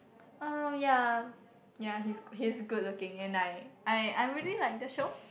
um yea yea he's he's good looking and I I I really like the show